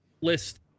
list